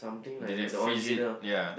did they freeze it yea